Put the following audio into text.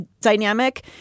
dynamic